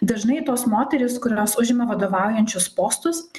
dažnai tos moterys kurios užima vadovaujančius postus